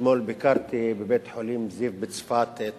אתמול ביקרתי בבית-החולים "זיו" בצפת את